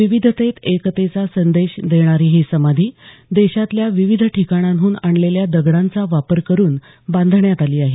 विविधतेत एकतेचा संदेश देणारी ही समाधी देशातल्या विविध ठिकाणाहून आणलेल्या दगडांचा वापर करून बांधण्यात आली आहे